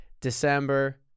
December